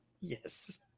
Yes